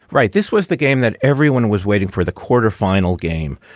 right. this was the game that everyone was waiting for, the quarter final game.